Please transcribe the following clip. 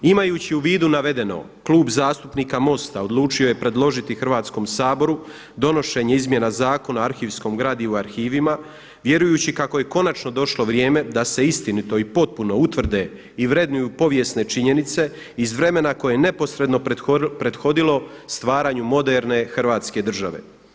Imajući u vidu navedeno, Klub zastupnika MOST-a odlučio je predložiti Hrvatskom saboru donošenje izmjena Zakona o arhivskom gradivu i arhivima vjerujući kako je konačno došlo vrijeme da se istinito i potpuno utvrde i vrednuju povijesne činjenice iz vremena koje je neposredno prethodilo stvaranju moderne Hrvatske države.